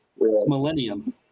Millennium